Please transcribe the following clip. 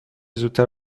زودتر